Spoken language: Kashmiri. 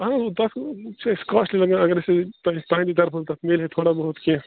اَہن تۄہہِ چھوٗ اگر أسۍ تُہۍ طرفہٕ تَتھ میٚلِہا تھوڑا بہت کیٚنٛہہ